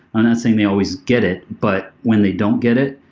i'm not saying they always get it, but when they don't get it,